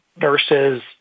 nurses